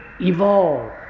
evolve